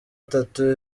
atatu